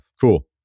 Cool